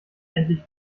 endlich